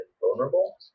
vulnerable